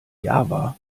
java